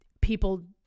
people